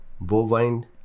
bovine